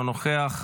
אינו נוכח,